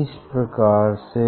इसी प्रकार से